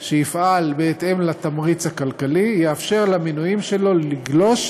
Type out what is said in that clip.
שיפעל בהתאם לתמריץ הכלכלי יאפשר למינויים שלו לגלוש